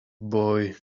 boy